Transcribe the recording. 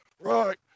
right